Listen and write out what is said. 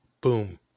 Boom